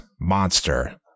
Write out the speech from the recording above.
Monster